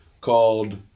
called